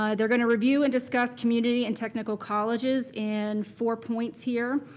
ah they're gonna review and discuss community and technical colleges in four points here.